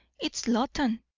it's loton.